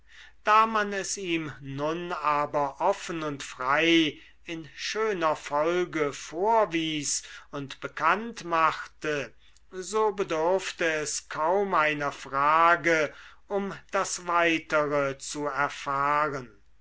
da man es ihm nun aber offen und frei in schöner folge vorwies und bekannt machte so bedurfte es kaum einer frage um das weitere zu erfahren